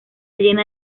llena